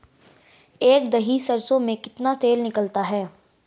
एक दही सरसों में कितना तेल निकलता है?